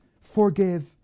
forgive